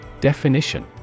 Definition